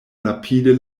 rapide